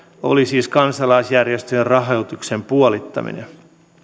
oli siis kansalaisjärjestöjen rahoituksen puolittaminen